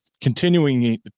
continuing